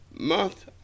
month